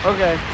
Okay